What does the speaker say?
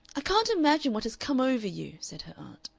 i can't imagine what has come over you, said her aunt.